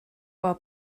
while